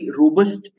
robust